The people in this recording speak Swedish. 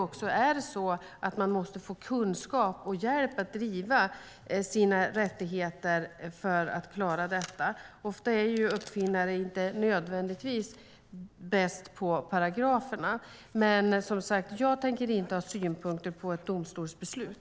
De måste få kunskap och hjälp att driva sina rättigheter för att klara detta. Uppfinnare är inte nödvändigtvis bäst på paragraferna. Men, som sagt, jag tänker inte ha synpunkter på ett domstolsbeslut.